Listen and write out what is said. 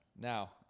Now